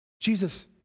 Jesus